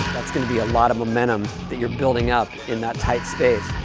that's gonna be a lot of momentum that you're building up in that tight space,